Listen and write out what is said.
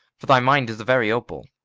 for thy mind is a very opal.